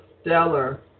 stellar